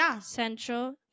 central